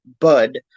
bud